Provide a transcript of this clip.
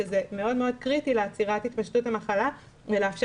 שזה מאוד מאוד קריטי לעצירת התפשטות המחלה ויאפשר